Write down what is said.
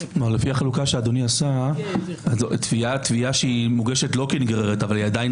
כלומר לפי החלוקה שאדוני עשה תביעה שמוגשת לא כנגררת אבל היא עדיין